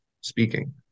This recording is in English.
speaking